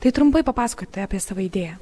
tai trumpai papasakokite apie savo idėją